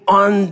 on